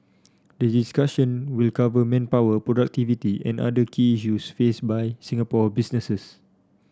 the discussion will cover manpower productivity and other key issues faced by Singapore businesses